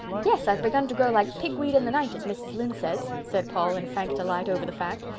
yes, i've begun to grow like pigweed in the night, as mrs. lynde says, said paul, in frank delight over the fact.